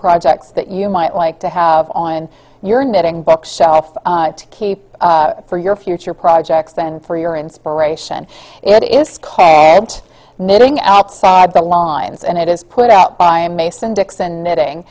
projects that you might like to have on your knitting bookshelf to keep for your future projects and for your inspiration it is knitting outside the lines and it is put out by mason dixon